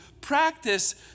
practice